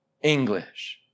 English